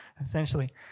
essentially